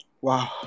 Wow